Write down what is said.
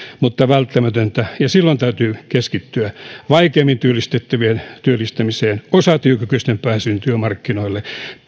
mutta välttämätöntä ja silloin täytyy keskittyä vaikeimmin työllistettävien työllistämiseen osatyökykyisten pääsyyn työmarkkinoille